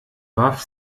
warf